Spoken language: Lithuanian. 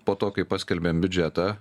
po to kai paskelbėm biudžetą